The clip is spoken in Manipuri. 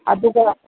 ꯑꯗꯨꯒ